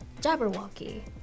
Jabberwocky